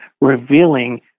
revealing